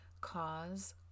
cause